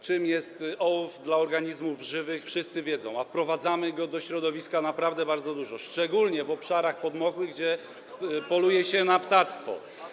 Czym jest ołów dla organizmów żywych, wszyscy wiedzą, a wprowadzamy go do środowiska naprawdę bardzo dużo, szczególnie na obszarach podmokłych, gdzie poluje się na ptactwo.